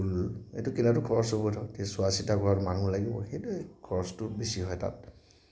ফুল এইটো কিনাটো খৰচ হ'ব আৰু চোৱা চিতা কৰা মানুহ থ'ব লাগিব সেইটোৱে খৰচটো বেছি হয় তাত